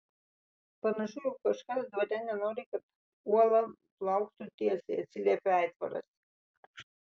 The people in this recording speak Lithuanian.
panašu jog kažkas dvare nenori kad uola plauktų tiesiai atsiliepė aitvaras